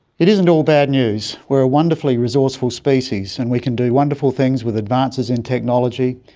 it isn't all bad news. we are a wonderfully resourceful species, and we can do wonderful things with advances in technology.